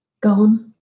gone